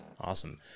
awesome